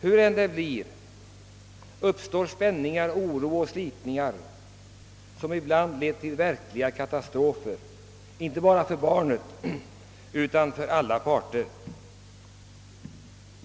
Hur man än gör uppstår spänningar, oro och slitningar, som ibland lett till verkliga katastrofer inte bara för barnet utan för alla parter.